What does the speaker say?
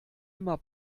immer